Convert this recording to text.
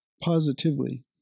positively